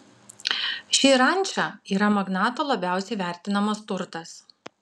ši ranča yra magnato labiausiai vertinamas turtas